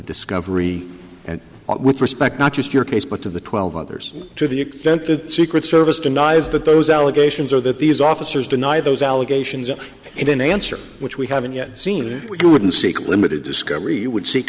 discovery and with respect not just your case but of the twelve others to the extent that secret service denies that those allegations are that these officers deny those allegations and in answer which we haven't yet seen we wouldn't seek limited discovery you would seek